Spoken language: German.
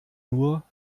nur